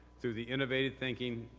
through the innovative thinking,